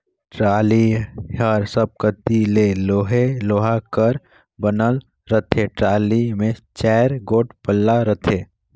trolley हर सब कती ले लोहे लोहा कर बनल रहथे, टराली मे चाएर गोट पल्ला रहथे